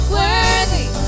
worthy